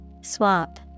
Swap